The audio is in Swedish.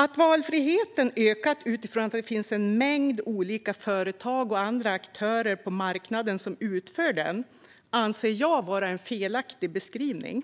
Att valfriheten ökat utifrån att det finns en mängd olika företag och andra aktörer på marknaden anser jag vara en felaktig beskrivning.